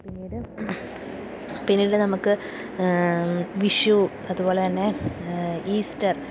പിന്നീട് പിന്നീട് നമുക്ക് വിഷു അതുപോലെ തന്നെ ഈസ്റ്റർ